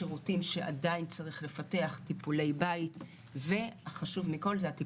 השיר הזה הוא כלום, הוא ריק, הוא הריק המוחלט.